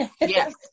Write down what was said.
yes